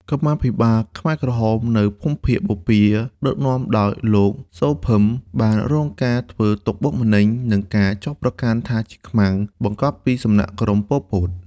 កម្មាភិបាលខ្មែរក្រហមនៅភូមិភាគបូព៌ាដឹកនាំដោយលោក សូ ភឹម បានរងការធ្វើទុក្ខបុកម្នេញ និងការចោទប្រកាន់ថាជាខ្មាំងបង្កប់ពីសំណាក់ក្រុម ប៉ុល ពត។